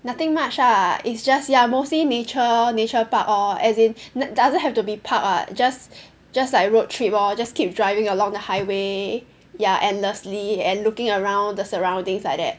nothing much ah it's just ya mostly nature nature park or as in doesn't have to be park ah just just like road trip lor just keep driving along the highway ya endlessly and looking around the surroundings like that